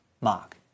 mark